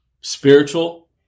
Spiritual